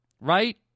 right